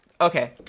Okay